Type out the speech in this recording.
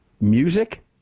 music